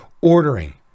Ordering